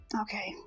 Okay